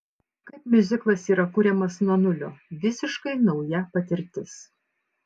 kaip miuziklas yra kuriamas nuo nulio visiškai nauja patirtis